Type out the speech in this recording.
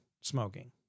smoking